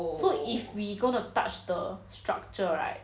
so if we gonna touch the structure right